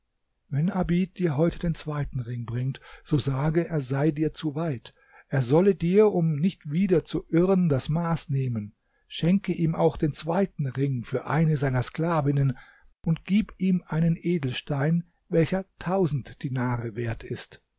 wenn abid dir heute den zweiten ring bringt so sage er sei dir zu weit er solle dir um nicht wieder zu irren das maß nehmen schenke ihm auch den zweiten ring für eine seiner sklavinnen und gib ihm einen edelstein welcher tausend dinare wert ist